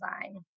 design